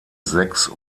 sechs